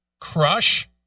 Crush